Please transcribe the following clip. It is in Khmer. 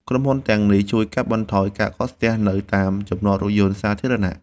ក្រុមហ៊ុនទាំងនេះជួយកាត់បន្ថយការកកស្ទះនៅតាមចំណតរថយន្តសាធារណៈ។